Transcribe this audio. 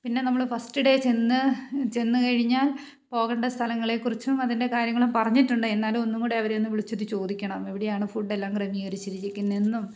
പിന്നെ നമ്മൾ first day ചെന്ന് ചെന്നു കഴിഞ്ഞാൽ പോകേണ്ട സ്ഥലങ്ങളെക്കുറിച്ചും അതിൻ്റെ കാര്യങ്ങളും പറഞ്ഞിട്ടുണ്ട് എന്നാലും ഒന്നുംകൂടി അവരെയൊന്ന് വിളിച്ചിട്ട് ചോദിക്കണം എവിടെയാണ് ഫുഡെല്ലാം ക്രമീകരിച്ചിരിക്കുന്നതെന്നും